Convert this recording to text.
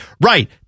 right